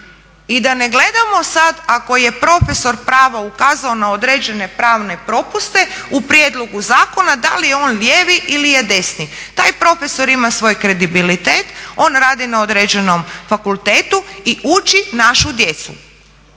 i da ne gledamo sada ako je profesor prava ukazao na određene pravne propuste u prijedlogu zakona da li je on lijevi ili je desni. Taj profesor ima svoj kredibilitet, on radi na određenom fakultetu i uči našu djecu.